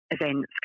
events